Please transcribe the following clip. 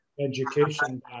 education